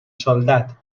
soldat